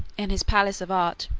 in his palace of art,